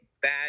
bad